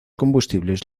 combustibles